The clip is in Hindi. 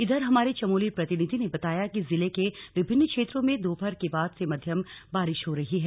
इधर हमारे चमोली प्रतिनिधि ने बताया कि ज़िले के विभिन्न क्षेत्रों में दोपहर के बाद से मध्यम बारिश हो रही है